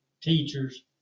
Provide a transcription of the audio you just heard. teachers